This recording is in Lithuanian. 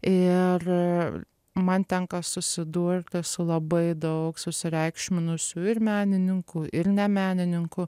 ir man tenka susidurti su labai daug susireikšminusių ir menininkų ir ne menininkų